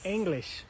English